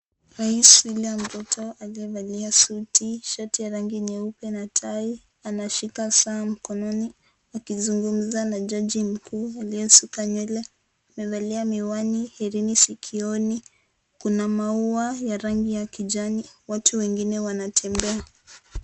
Rais William Ruto aliyevalia suti shati ya rangi nyeupe na tai anashika saa mkononi akizungumza na jaji mkuu aliyesuka nywele, amevalia miwani herini sikioni ,kuna maua ya rangi ya kijani watu wengine wanatembea.